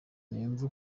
ntiyumva